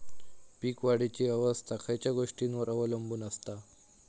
पीक वाढीची अवस्था खयच्या गोष्टींवर अवलंबून असता?